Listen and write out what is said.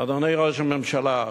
אדוני ראש הממשלה,